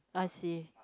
I see